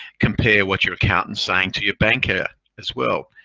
compare what your accountant's saying to your banker as well.